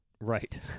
Right